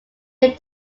lived